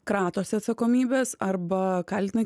kratosi atsakomybės arba kaltina